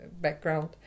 background